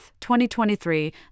2023